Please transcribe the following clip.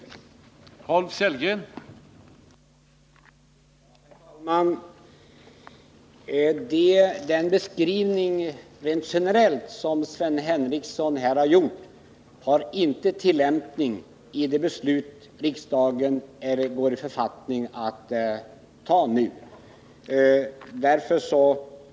Lån till ett av AB